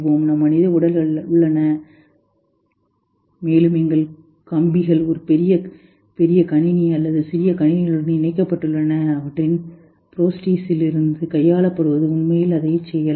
நம் மனித உடல்கள் உள்ளன மேலும் எங்கள் கம்பிகள் ஒரு பெரிய பெரிய கணினி அல்லது சிறிய கணினிகளுடன் இணைக்கப்பட்டுள்ளன அவற்றின் புரோஸ்டீசிஸிலிருந்து கையாளப்படுவது உண்மையில் அதைச் செய்யலாம்